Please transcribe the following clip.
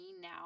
now